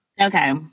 Okay